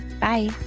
Bye